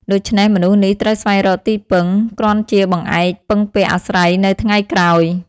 ដូច្នេះមនុស្សនេះត្រូវស្វែងរកទីពឹង គ្រាន់ជាបង្អែកពឹងពាក់អាស្រ័យនៅថ្ងៃក្រោយ ។